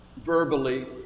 verbally